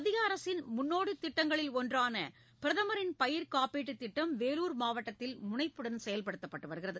மத்திய அரசின் முன்னோடி திட்டங்களில் ஒன்றான பிரதமரின் பயிர் காப்பீட்டுத் திட்டம் வேலூர் மாவட்டத்தில் முனைப்புடன் செயல்படுத்தப்பட்டு வருகிறது